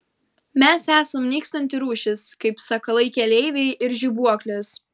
mes esam nykstanti rūšis kaip sakalai keleiviai ir žibuoklės